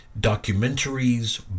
documentaries